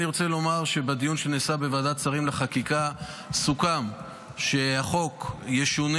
אני רוצה לומר שבדיון שנעשה בוועדת שרים לחקיקה סוכם שהחוק ישונה